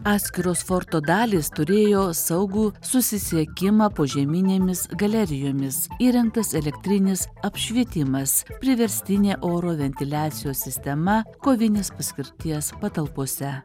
atskiros forto dalys turėjo saugų susisiekimą požeminėmis galerijomis įrengtas elektrinis apšvietimas priverstinė oro ventiliacijos sistema kovinės paskirties patalpose